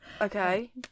Okay